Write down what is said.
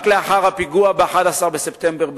רק לאחר הפיגוע ב-11 בספטמבר בניו-יורק,